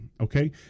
okay